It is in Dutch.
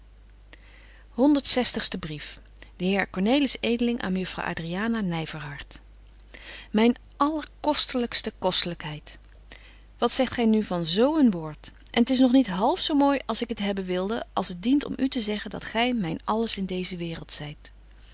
honderd zestigste brief de heer cornelis edeling aan mejuffrouw adriana nyverhart myn allerkostelykste kostlykheid wat zegt gy nu van zo een woord en t is nog niet half zo mooi als ik het hebben wilde als het dient om u te zeggen dat gy myn alles in deeze waereld zyt